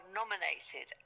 nominated